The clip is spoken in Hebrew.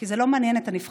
כי זה לא מעניין את הנבחרים,